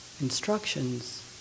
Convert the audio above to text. instructions